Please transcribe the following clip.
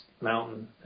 mountain